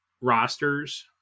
rosters